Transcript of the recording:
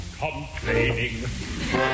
complaining